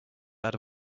out